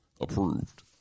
approved